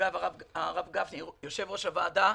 אגב, הרב גפני יושב-ראש הוועדה,